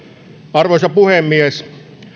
arvoisa puhemies